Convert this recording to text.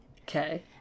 Okay